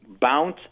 bounce